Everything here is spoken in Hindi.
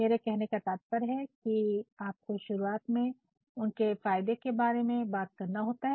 मेरा कहने का तात्पर्य है कि आपको शुरुआत में उनके फायदे के बारे में बात करना होता है